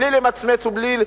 בלי למצמץ ובלי לגמגם,